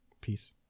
peace